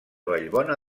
vallbona